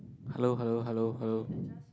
hello hello hello hello